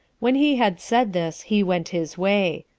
when he had said this, he went his way.